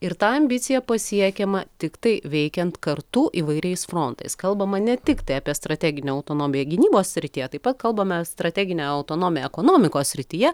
ir ta ambicija pasiekiama tiktai veikiant kartu įvairiais frontais kalbama ne tiktai apie strateginę autonomiją gynybos srityje taip pat kalbame strateginę autonomiją ekonomikos srityje